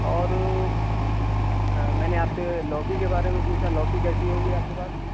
اور میں نے آپ سے لوکی کے بارے میں پوچھا لوکی کیسی ہوگی آپ کے پاس